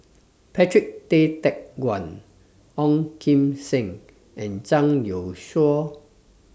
Patrick Tay Teck Guan Ong Kim Seng and Zhang Youshuo